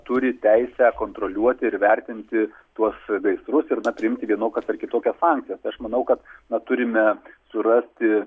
turi teisę kontroliuoti ir vertinti tuos gaisrus ir na priimti vienokias ar kitokias sankcijas tai aš manau kad na turime surasti